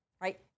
right